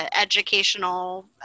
educational